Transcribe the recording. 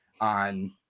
on